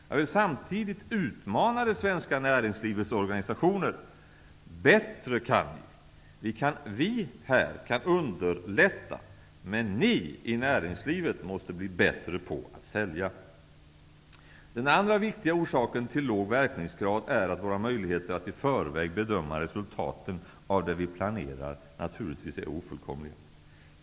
Jag vill samtidigt utmana det svenska näringslivets organisationer genom att säga: Bättre kan ni! Vi här i riksdagen kan underlätta därför, men i näringslivet måste man bli bättre på att sälja. Den andra viktiga orsaken till låg verkningsgrad är att våra möjligheter att i förväg bedöma resultaten av det vi planerar naturligtvis är ofullkomliga.